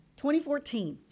2014